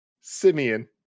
simeon